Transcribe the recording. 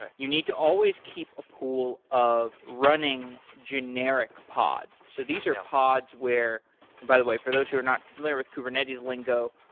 you need to always keep a pool of running generic pods. so these are pods where and by the way, for those who are not familiar with kubernetes lingo,